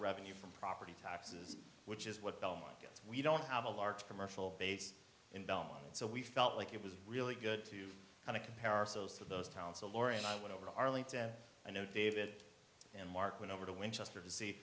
revenue from property taxes which is what bella gets we don't have a large commercial base in belem and so we felt like it was really good to kind of compare ourselves to those towns a war and i went over arlington i know david and mark went over to winchester to see